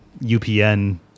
UPN